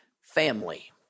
family